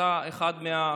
גם אתה אחד מהקבוצה.